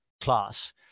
class